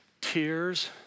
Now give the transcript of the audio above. tears